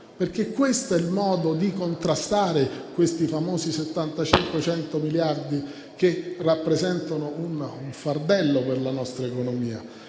questo è il modo di contrastare i famosi 75-100 miliardi che rappresentano un fardello per la nostra economia.